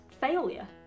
failure